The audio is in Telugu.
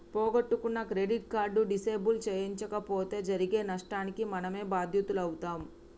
పోగొట్టుకున్న క్రెడిట్ కార్డు డిసేబుల్ చేయించకపోతే జరిగే నష్టానికి మనమే బాధ్యులమవుతం